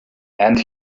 and